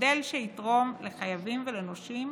מודל שיתרום לחייבים ולנושים